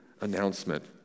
announcement